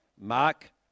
Mark